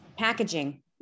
packaging